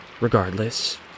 Regardless